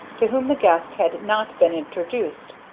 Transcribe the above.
to whom the guest had not been introduced,